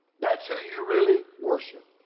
that's who you really worship.